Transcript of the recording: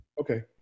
Okay